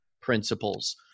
principles